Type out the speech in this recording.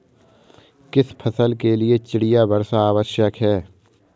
किस फसल के लिए चिड़िया वर्षा आवश्यक है?